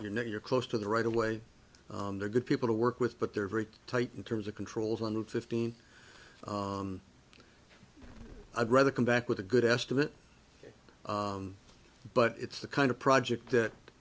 you're not you're close to the right of way they're good people to work with but they're very tight in terms of controls one hundred fifteen i'd rather come back with a good estimate but it's the kind of project that